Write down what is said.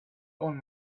own